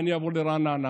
אני אעבור ברעננה.